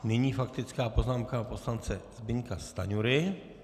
Nyní faktická poznámka poslance Zbyňka Stanjury.